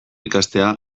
ikastea